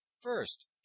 First